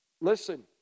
Listen